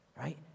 right